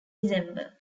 december